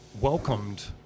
welcomed